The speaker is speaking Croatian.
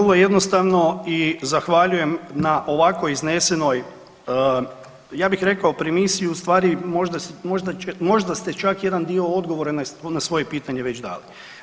Evo vrlo jednostavno i zahvaljujem na ovako iznesenoj, ja bih rekao premisi, u stvari možda ste čak jedan dio odgovora na svoje pitanje već dali.